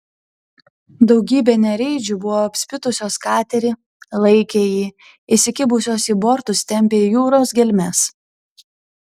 daugybė nereidžių buvo apspitusios katerį laikė jį įsikibusios į bortus tempė į jūros gelmes